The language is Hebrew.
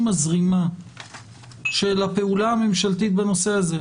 הזרימה של הפעולה הממשלתית בנושא הזה.